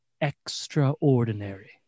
extraordinary